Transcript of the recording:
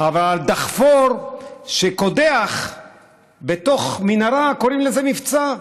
אבל דחפור שקודח בתוך מנהרה, קוראים לזה מבצע.